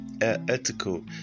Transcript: ethical